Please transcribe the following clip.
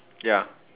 ya